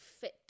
fit